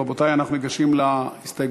רבותי, אנחנו ניגשים להסתייגויות.